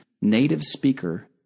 native-speaker